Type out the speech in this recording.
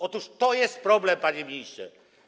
Otóż to jest problem, panie ministrze.